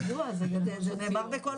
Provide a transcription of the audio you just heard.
זה ידוע, זה נאמר בכל